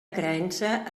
creença